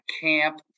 camp